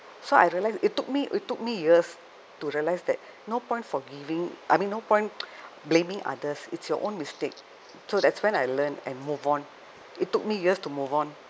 so I realize it took me it took me years to realize that no point forgiving I mean no point blaming others it's your own mistake so that's when I learn and move on it took me years to move on